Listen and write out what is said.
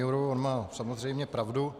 On má samozřejmě pravdu.